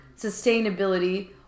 sustainability